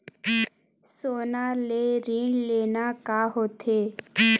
सोना ले ऋण लेना का होथे?